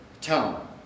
tone